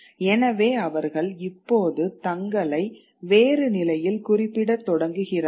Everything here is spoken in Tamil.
எனவே அவர்கள் இப்போது தங்களை வேறு நிலையில் குறிப்பிடத் தொடங்குகிறார்கள்